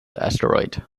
asteroid